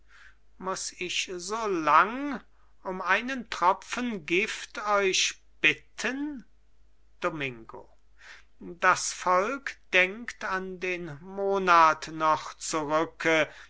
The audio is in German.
muß ich so lang um einen tropfen gift euch bitten domingo das volk denkt an den monat noch zurücke